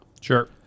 Sure